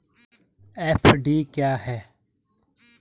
FD क्या है?